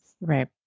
Right